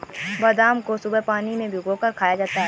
बादाम को सुबह पानी में भिगोकर खाया जाता है